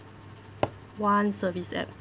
one service app